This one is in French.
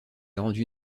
rendue